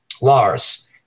Lars